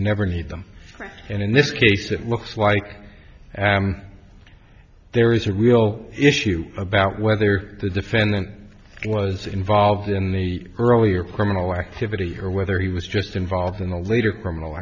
never need them for and in this case it looks like there is a real issue about whether the defendant was involved in the earlier criminal activity or whether he was just involved in the later criminal